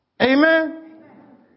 Amen